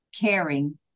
caring